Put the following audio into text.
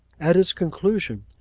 at its conclusion,